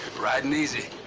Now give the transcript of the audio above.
riding easy.